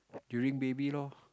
during baby loh